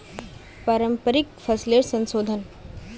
पारंपरिक फसलेर संशोधन